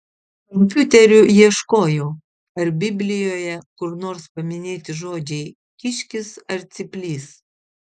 kompiuteriu ieškojau ar biblijoje kur nors paminėti žodžiai kiškis ar cyplys